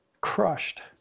crushed